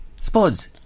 Spuds